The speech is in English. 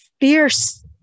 fierce